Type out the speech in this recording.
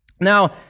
Now